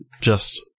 just-